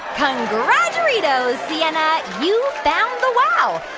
congraturitos, sienna. you found the wow.